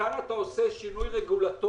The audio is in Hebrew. כאן אתה עושה שינוי רגולטורי